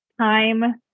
time